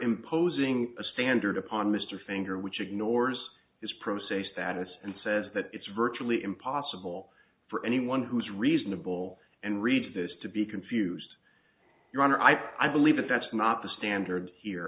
imposing a standard upon mr finger which ignores this process status and says that it's virtually impossible for anyone who is reasonable and reads this to be confused your honor i i believe that that's not the standard here